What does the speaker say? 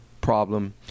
problem